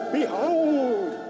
behold